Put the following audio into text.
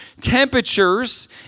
temperatures